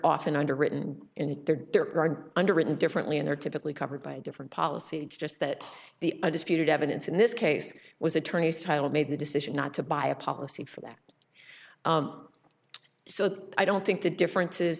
often underwritten in their underwritten differently and are typically covered by a different policy it's just that the undisputed evidence in this case was attorneys title made the decision not to buy a policy for that so i don't think the difference